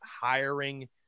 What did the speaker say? hiring